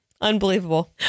Unbelievable